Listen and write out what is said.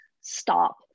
stop